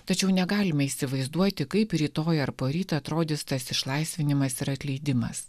tačiau negalima įsivaizduoti kaip rytoj ar poryt atrodys tas išlaisvinimas ir atleidimas